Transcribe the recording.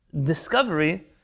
discovery